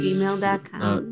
Gmail.com